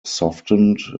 softened